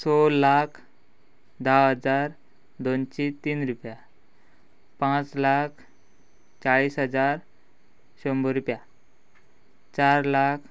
स लाख धा हजार दोनशे तीन रुपया पांच लाख चाळीस हजार शंबर रुपया चार लाख